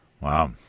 wow